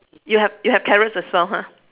you have you have carrots as well ha